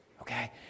okay